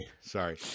Sorry